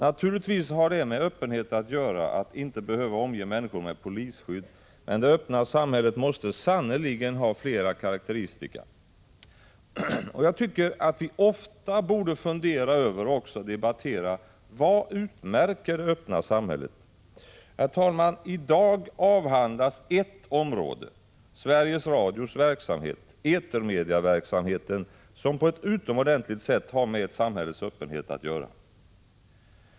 Naturligtvis har det med öppenhet att göra att inte behöva omge människor med polisskydd, men det öppna samhället måste sannerligen ha fler karakteristika. Jag tycker att vi ofta borde fundera över och även debattera vad som utmärker det öppna samhället. Herr talman! I dag avhandlas ert område, Sveriges Radios verksamhet, etermedieverksamheten, som på ett utomordentligt sätt har med ett samhälles öppenhet att göra.